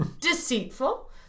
Deceitful